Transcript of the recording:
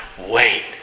wait